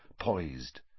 poised